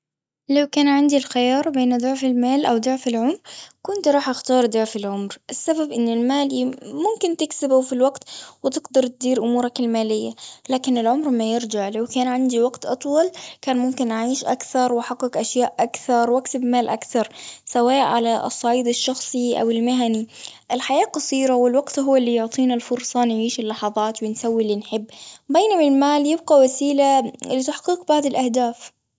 لو كان عندي الخيار بين ضعف المال، أو ضعف العمر، كنت راح اختار ضعف العمر. السبب إن المال يم- ممكن تكسبه في الوقت، وتقدر تدير أمورك المالية. لكن العمر ما يرجع. لو كان عندي وقت أطول، كان ممكن أعيش أكثر، وأحقق أشياء أكثر، واكسب مال أكثر، سواء على الصعيد الشخصي، أو المهني. الحياة قصيرة، والوقت هو اللي يعطينا الفرصة، نعيش اللحظات، ونسوي اللي نحب. بينما المال يبقى وسيلة لتحقيق بعض الأهداف.